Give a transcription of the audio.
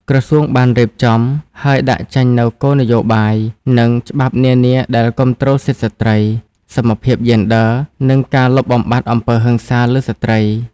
ក្រសួងបានរៀបចំ ហើយដាក់ចេញនូវគោលនយោបាយ និងច្បាប់នានាដែលគាំទ្រសិទ្ធិស្ត្រី សមភាពយេនឌ័រ និងការលុបបំបាត់អំពើហិង្សាលើស្ត្រី។